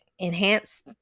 enhance